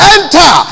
Enter